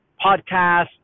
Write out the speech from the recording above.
podcast